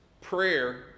prayer